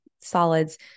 solids